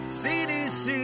cdc